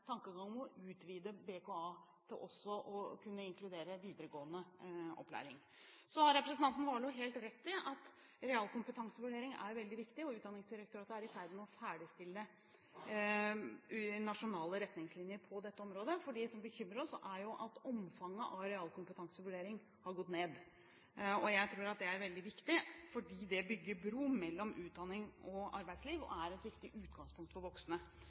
tankegang om å utvide BKA til også å kunne inkludere videregående opplæring. Representanten Warloe har helt rett i at realkompetansevurdering er veldig viktig, og Utdanningsdirektoratet er i ferd med å ferdigstille nasjonale retningslinjer på dette området, for det som bekymrer oss, er at omfanget av realkompetansevurdering har gått ned. Jeg tror det er veldig viktig, fordi det bygger bro mellom utdanning og arbeidsliv og er et viktig utgangspunkt for voksne